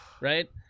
right